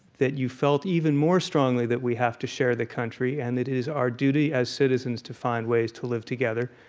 that you felt even more strongly that we have to share the country. and it is our duty as citizens to find ways to live together.